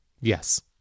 Yes